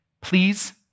please